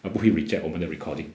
他不会 reject 我们的 recording